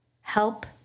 help